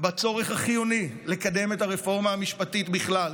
בצורך החיוני לקדם את הרפורמה המשפטית בכלל,